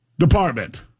Department